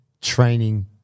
training